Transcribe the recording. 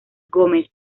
gómez